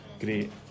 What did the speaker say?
great